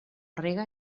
rega